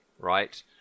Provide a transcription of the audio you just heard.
Right